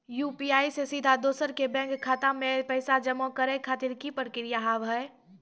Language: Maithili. यु.पी.आई से सीधा दोसर के बैंक खाता मे पैसा जमा करे खातिर की प्रक्रिया हाव हाय?